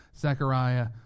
Zechariah